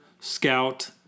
Scout